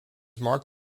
mark